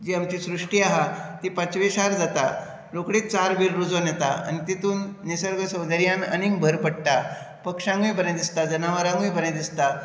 जी आमची सृश्टी आहा ती पांचवीचार जाता रोखडीच चार बीन रुजोन येता आनी तेतुंत निसर्ग सौदर्यांत आनीक भर पडटा पक्षांकुय बरें दिसता जनावरांकुय बरें दिसता